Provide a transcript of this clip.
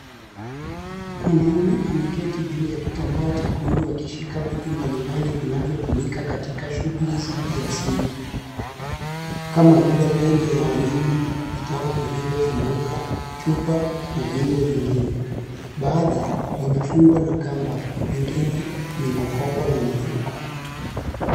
Mwanamme amekaa juu ya kitambaa chekundu akishika vitu mbaimbali vinavyotumika katika shughuli za kiasili kama vile pembe za wanyama, vitabu vilivyofunguka, chupa na viungo vingine. Baadhi vimefungwa na kamba, vingine ni makoko na mifuko.